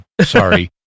Sorry